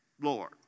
Lord